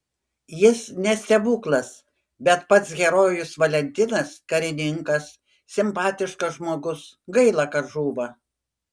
jis ne stebuklas bet pats herojus valentinas karininkas simpatiškas žmogus gaila kad žūva